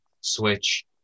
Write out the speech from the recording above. switch